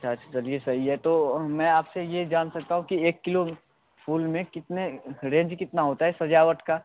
अच्छा अच्छा चलिए सही है तो मैं आपसे ये जान सकता हूँ कि एक किलो फूल में कितने रेंज कितना होता है सजावट का